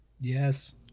Yes